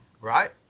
right